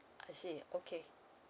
I see okay